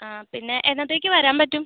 ആ പിന്നെ എന്നത്തേക്ക് വരാൻ പറ്റും